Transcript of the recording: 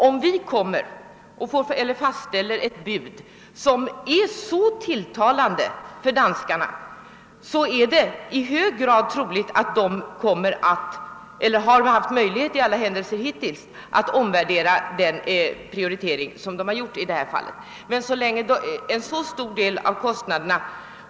Om vi lämnar ett bud som är tillräckligt tilltalande för danskarna, är det i hög grad troligt att de omvärderar den prioritering som de tidigare har gjort.